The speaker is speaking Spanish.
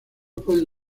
pueden